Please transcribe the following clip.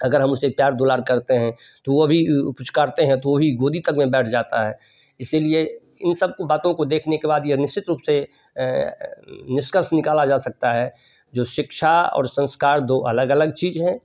अगर हम उसे प्यार दुलार करते हैं तो वह भी पुचकारते हैं तो वही गोदी तक में बैठ जाता है इसलिए इन सबको बातों को देखने के बाद यह निश्चित रूप से निष्कर्ष निकाला जा सकता है जो शिक्षा और संस्कार दो अलग अलग चीज़ हैं